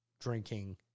drinking